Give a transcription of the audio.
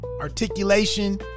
articulation